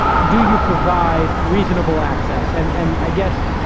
do you provide reasonable access? and, and i guess,